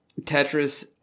Tetris